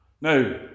Now